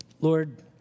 Lord